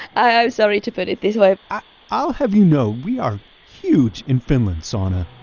i'm sorry to put it this way i'll have you know we are huge in finland, sanna